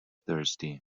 thirsty